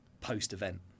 post-event